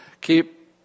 Keep